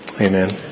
Amen